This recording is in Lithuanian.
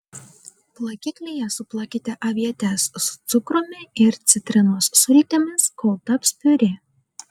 plakiklyje suplakite avietes su cukrumi ir citrinos sultimis kol taps piurė